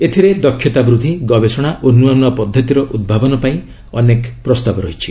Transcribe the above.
ଏଥିରେ ଦକ୍ଷତା ବୃଦ୍ଧି ଗବେଷଣା ଓ ନୂଆ ନୂଆ ପଦ୍ଧତିର ଉଭାବନ ପାଇଁ ଅନେକ ପ୍ରସ୍ତାବ ରହିଛି